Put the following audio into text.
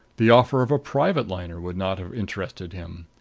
the offer of a private liner would not have interested him.